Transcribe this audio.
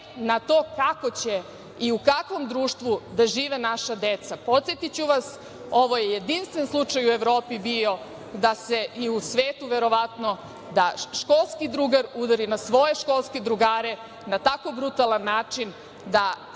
na to kako će i u kakvom društvu da žive naša deca. Podsetiću vas, ovo je jedinstven slučaj u Evropi bio i u svetu verovatno, da školski drugar udari na svoje školske drugare na tako brutalan način da